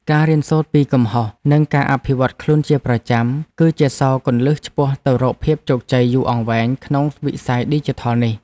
ការរៀនសូត្រពីកំហុស និងការអភិវឌ្ឍខ្លួនជាប្រចាំ គឺជាសោរគន្លឹះឆ្ពោះទៅរកភាពជោគជ័យយូរអង្វែងក្នុងវិស័យឌីជីថលនេះ។